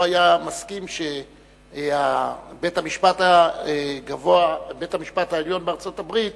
לא היה מסכים שבית-המשפט העליון בארצות-הברית